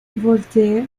voltaire